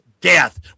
death